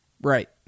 Right